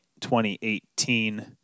2018